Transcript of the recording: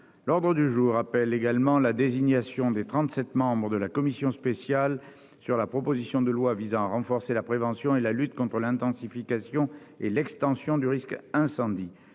L'ordre du jour appelle la désignation des trente-sept membres des commissions spéciales sur la proposition de loi visant à renforcer la prévention et la lutte contre l'intensification et l'extension du risque incendie,